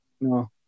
No